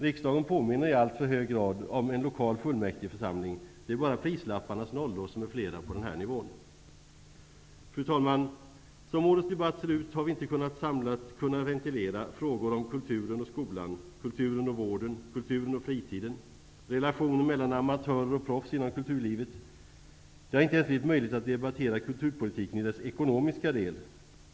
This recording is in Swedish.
Riksdagen påminner i alltför hög grad om en lokal fullmäktigeförsamling. Det är bara prislapparnas nollor som är flera på den här nivån. Fru talman! Som årets debatt ser ut, har vi inte samlat kunnat ventilera frågor om kulturen och skolan, kulturen och vården, kulturen och fritiden, relationen mellan amatörer och proffs inom kulturlivet. Det har inte ens blivit möjligt att debattera kulturpolitiken i dess ekonomiska del.